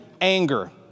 anger